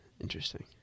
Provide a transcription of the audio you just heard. interesting